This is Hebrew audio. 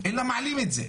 אלא מעלים את זה.